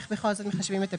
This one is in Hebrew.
איך בכל זאת מחשבים את הפיצוי.